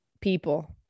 people